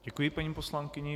Děkuji paní poslankyni.